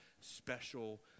special